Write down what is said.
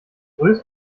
grüß